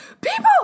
people